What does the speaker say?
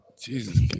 Jesus